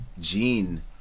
Gene